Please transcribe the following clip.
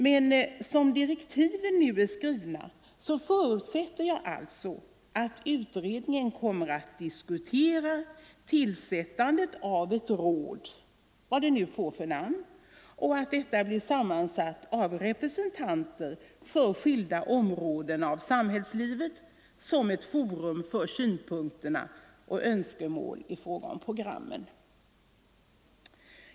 Men som direktiven är skrivna förutsätter jag alltså att utredningen kommer att diskutera tillsättandet av ett råd —- vad det nu får för namn — och att detta blir sammansatt av representanter för skilda områden av samhällslivet som ett forum för synpunkter och önskemål i fråga om programmen.